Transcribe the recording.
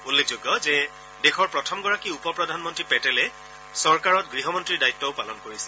উল্লেখযোগ্য যে দেশৰ প্ৰথমগৰাকী উপ প্ৰধানমন্ত্ৰী পেটেলে চৰকাৰত গৃহ মন্ত্ৰীৰ দায়িত্বও পালন কৰিছিল